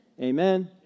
amen